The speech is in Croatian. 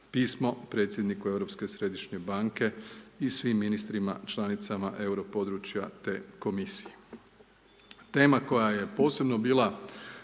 pismo predsjedniku Europske središnje banke i svim ministrima članicama euro područja te Komisije. Tema koja je posebno bila